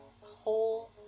whole